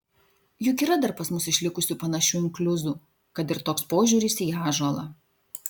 juk yra dar pas mus išlikusių panašių inkliuzų kad ir toks požiūris į ąžuolą